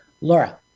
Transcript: Laura